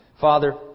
Father